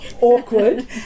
awkward